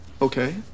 Okay